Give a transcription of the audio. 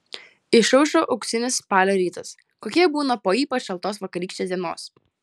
išaušo auksinis spalio rytas kokie būna po ypač šaltos vakarykštės dienos